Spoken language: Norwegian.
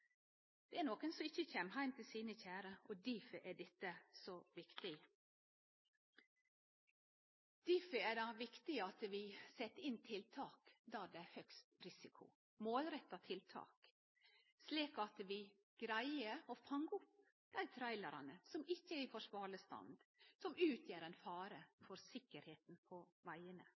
Det er nokon som ikkje kjem heim til sine kjære. Difor er dette så viktig. Difor er det viktig at vi set inn målretta tiltak der det er høgst risiko, slik at vi greier å fange opp dei trailerane som ikkje er i forsvarleg stand, som utgjer ein fare for sikkerheita på vegane.